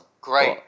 great